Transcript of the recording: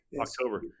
October